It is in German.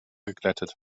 geglättet